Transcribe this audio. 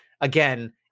Again